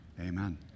Amen